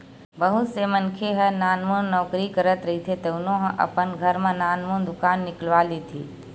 बहुत से मनखे ह नानमुन नउकरी करत रहिथे तउनो ह अपन घर म नानमुन दुकान निकलवा लेथे